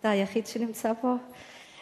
אתה היחיד שנמצא פה,